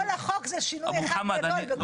כל החוק זה שינוי אחד גדול.